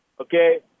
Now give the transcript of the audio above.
Okay